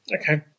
Okay